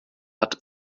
hat